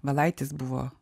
valaitis buvo